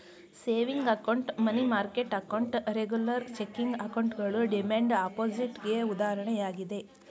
saving account, money market account, regular checking ಅಕೌಂಟ್ಗಳು demand deposit ಗೆ ಉದಾಹರಣೆಯಾಗಿದೆ